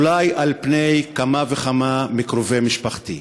אולי על פני כמה וכמה מקרובי משפחתי,